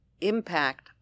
impact